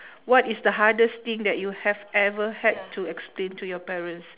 what is the hardest thing that you have ever had to explain to your parents